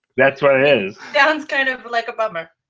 that's what it is. sounds kind of like a bummer.